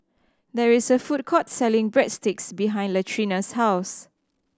there is a food court selling Breadsticks behind Latrina's house